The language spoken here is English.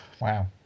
wow